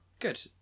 Good